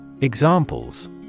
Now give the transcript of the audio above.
Examples